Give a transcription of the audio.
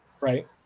Right